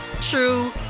true